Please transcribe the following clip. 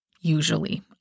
usually